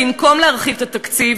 במקום להרחיב את התקציב,